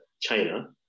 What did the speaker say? China